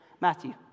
Matthew